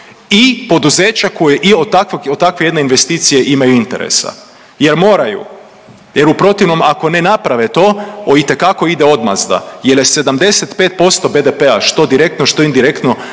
i poduzeća koji od takve jedne investicije imaju interesa jer moraju jer u protivnom ako ne naprave to o itekako ide odmazda jel je 75% BDP-a što direktno, što indirektno